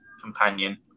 companion